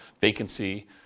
vacancy